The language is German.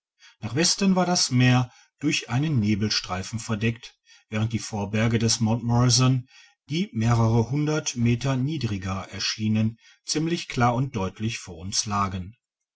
nach westen war das meer durch einen nebelstreifen verdeckt während die vorberge des mt morrison die mehrere hundert meter niedriger erschienen ziemlich klar und deutlich vor uns lagen